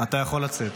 אתה יכול לצאת.